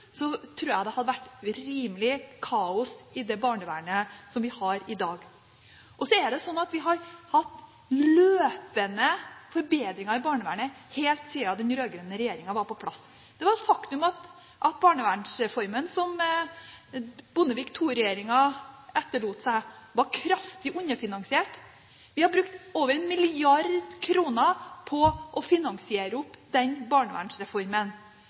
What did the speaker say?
Så er det sånn at vi har hatt løpende forbedringer i barnevernet helt siden den rød-grønne regjeringen var på plass. Det var et faktum at barnevernsreformen som Bondevik II-regjeringen etterlot seg, var kraftig underfinansiert. Vi har brukt over 1 mrd. kr på å finansiere den barnevernsreformen,